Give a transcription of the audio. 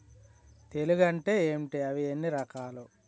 తెగులు అంటే ఏంటి అవి ఎన్ని రకాలు?